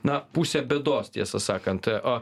na pusė bėdos tiesą sakant